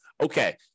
okay